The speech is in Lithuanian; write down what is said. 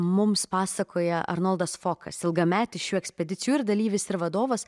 mums pasakoja arnoldas fokas ilgametis šių ekspedicijų ir dalyvis ir vadovas